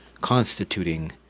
constituting